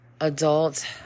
adult